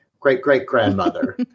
great-great-grandmother